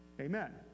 Amen